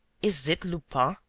is it lupin?